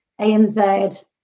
ANZ